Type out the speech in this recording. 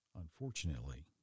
Unfortunately